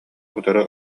утары